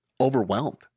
overwhelmed